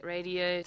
Radio